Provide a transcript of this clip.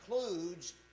includes